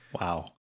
Wow